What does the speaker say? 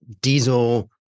diesel